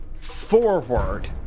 forward